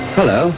Hello